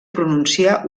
pronunciar